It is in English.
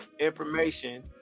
information